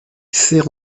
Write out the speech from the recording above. sert